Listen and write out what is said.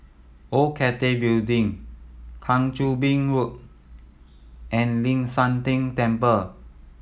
Old Cathay Building Kang Choo Bin Road and Ling San Teng Temple